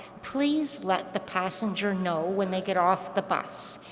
please let the passenger know when they get off the bus,